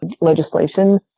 legislation